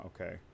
okay